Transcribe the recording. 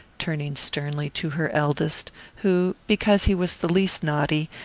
turning sternly to her eldest, who, because he was the least naughty,